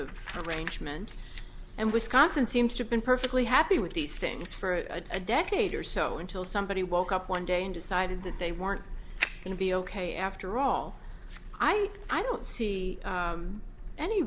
of arrangement and wisconsin seems to been perfectly happy with these things for a decade or so until somebody woke up one day and decided that they weren't going to be ok after all i don't see